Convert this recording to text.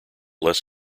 less